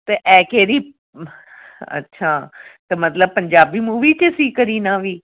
ਅਤੇ ਇਹ ਕਿਹੜੀ ਅੱਛਾ ਅਤੇ ਮਤਲਬ ਪੰਜਾਬੀ ਮੂਵੀ 'ਚ ਸੀ ਕਰੀਨਾ ਵੀ